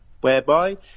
whereby